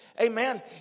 Amen